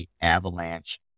avalanche